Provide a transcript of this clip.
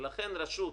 ולכן רשות,